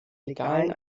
legalen